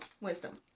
Wisdom